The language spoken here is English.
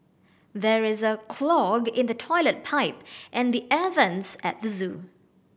there is a clog in the toilet pipe and the air vents at the zoo